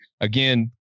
again